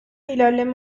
ilerleme